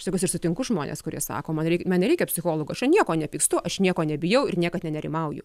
sakau aš sutinku žmones kurie sako man reik man nereikia psichologo aš ant nieko nepykstu aš nieko nebijau ir niekad ne nerimauju